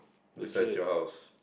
besides your house